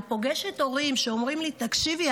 אני פוגשת הורים שאומרים לי: תקשיבי,